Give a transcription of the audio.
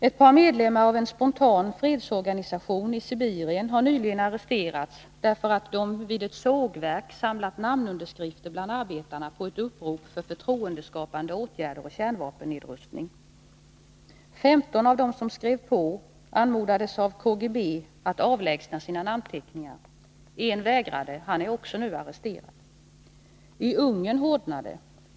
Ett par medlemmar av en spontan fredsorganisation i Sibirien har nyligen arresterats därför att de vid ett sågverk samlat namnunderskrifter bland arbetarna på ett upprop för förtroendeskapande åtgärder och kärnvapennedrustning. 15 av dem som skrev på anmodades av KGB att avlägsna sina namnteckningar. En vägrade. Han är också nu arresterad. I Ungern hårdnar det.